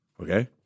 okay